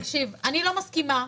תקשיב, אני לא מסכימה.